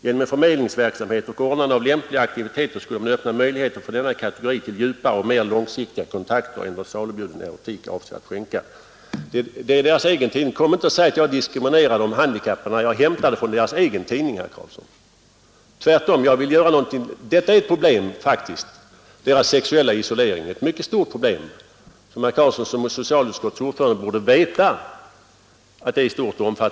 Genom en förmedlingsverksamhet och ordnande av lämpliga aktiviteter skulle man öppna möjligheter för denna kategori till djupare och mer långsiktiga något år sedan om kontakter, än vad salubjuden erotik avser att skänka.” Detta står i de handikappades egen tidning. Kom då inte, herr Karlsson, och säg att jag diskriminerar de handikappade! Deras sexuella isolering är ett mycket stort och svårlöst problem, något som herr Karlsson som socialutskottets ordförande borde känna till.